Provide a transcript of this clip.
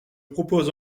propose